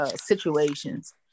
situations